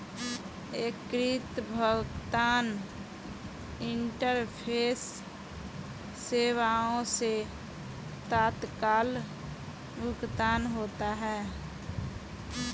एकीकृत भुगतान इंटरफेस सेवाएं से तत्काल भुगतान होता है